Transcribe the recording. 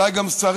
אולי גם שרים,